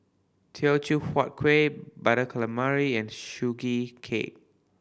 Teochew Huat Kueh Butter Calamari and Sugee Cake